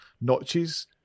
notches